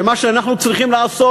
שמה שאנחנו צריכים לעשות,